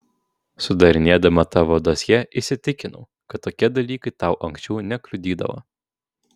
sudarinėdama tavo dosjė įsitikinau kad tokie dalykai tau anksčiau nekliudydavo